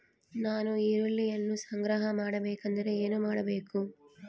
ನಾನು ಈರುಳ್ಳಿಯನ್ನು ಸಂಗ್ರಹ ಮಾಡಬೇಕೆಂದರೆ ಏನು ಮಾಡಬೇಕು?